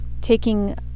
taking